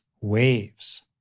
waves